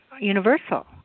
universal